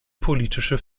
politische